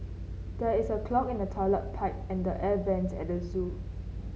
there is a clog in the toilet pipe and the air vents at the zoo